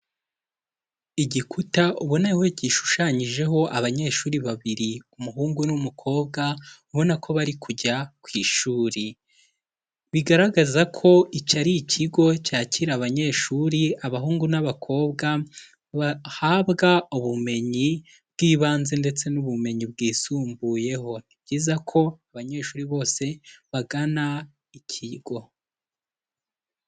Igikuta ubona ko gishushanyijeho abanyeshuri babiri, umuhungu n'umukobwa, ubona ko bari kujya ku ishuri. Bigaragaza ko icyo ari ikigo cyakira abanyeshuri, abahungu n'abakobwa, bahabwa ubumenyi bw'ibanze ndetse n'ubumenyi bwisumbuyeho. Ni byiza ko abanyeshuri bose bagana ikigo.